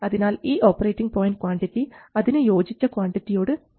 അതിനാൽ ഈ operating point quantity അതിന് യോജിച്ച ഇൻക്രിമെൻറൽ ക്വാണ്ടിറ്റിയോട് കൂട്ടുക